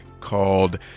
called